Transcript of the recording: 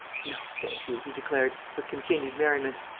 no, thank you, he declared, with continued merriment.